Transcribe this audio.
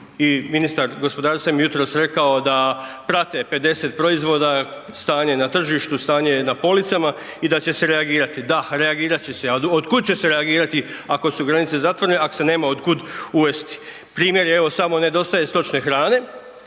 i ministar gospodarstva mi je jutros rekao da prate 50 proizvoda stanje na tržištu, stanje na policama i da će se reagirati, da, reagirati će se, a od kud će se reagirati, ako su granice zatvorene, ako se nema od kud uvesti. Primjer je evo samo nedostaje stočne hrane,